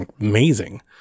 amazing